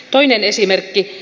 toinen esimerkki